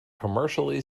commercially